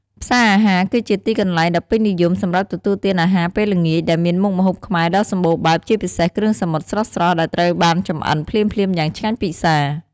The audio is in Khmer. ផ្សារអាហារគឺជាទីកន្លែងដ៏ពេញនិយមសម្រាប់ទទួលទានអាហារពេលល្ងាច ដែលមានមុខម្ហូបខ្មែរដ៏សម្បូរបែប ជាពិសេសគ្រឿងសមុទ្រស្រស់ៗ ដែលត្រូវបានចម្អិនភ្លាមៗយ៉ាងឆ្ងាញ់ពិសា។